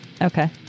Okay